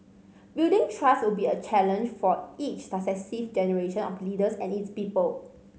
building trust would be a challenge for each successive generation of leaders and its people